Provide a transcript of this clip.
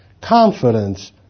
confidence